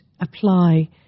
apply